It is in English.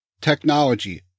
Technology